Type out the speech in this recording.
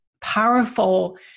powerful